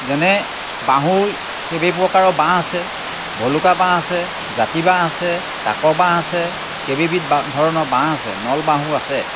যেনে বাঁহো কেইবাপ্ৰকাৰৰ বাঁহ আছে ভলুকা বাঁহ আছে জাতি বাঁহ আছে কাক বাঁহ আছে কেইবাবিধ বাঁহ ধৰণৰ বাঁহ আছে নল বাঁহো আছে